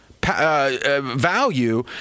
Value